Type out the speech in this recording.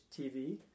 TV